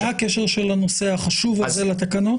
מה הקשר של הנושא החשוב הזה לתקנות?